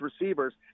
receivers